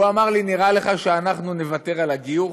הוא אמר לי: נראה לך שאנחנו נוותר על הגיור?